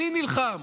אני נלחם.